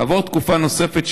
כעבור תקופה נוספת,